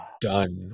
done